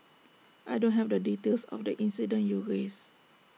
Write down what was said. I don't have the details of the incident you raised